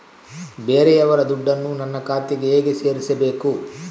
ಬೇರೆಯವರ ದುಡ್ಡನ್ನು ನನ್ನ ಖಾತೆಗೆ ಹೇಗೆ ಸೇರಿಸಬೇಕು?